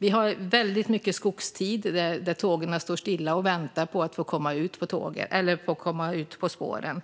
Vi har väldigt mycket skogstid, alltså att tågen står stilla och väntar på att få komma ut på spåren.